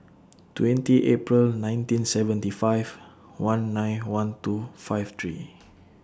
twenty April nineteen seventy five one nine one two five three